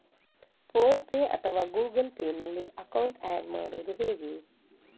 Phone pay ಅಥವಾ Google Pay ನಲ್ಲಿ account add ಮಾಡುವುದು ಹೇಗೆ?